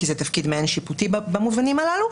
כי זה תפקיד מעין שיפוטי במובנים הללו.